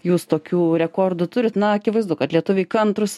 jūs tokių rekordų turit na akivaizdu kad lietuviai kantrūs